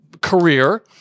career